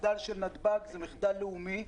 המחדל של נתב"ג זה מחדל לאומי,